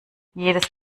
jedes